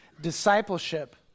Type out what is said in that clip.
discipleship